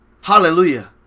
...hallelujah